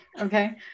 okay